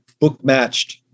bookmatched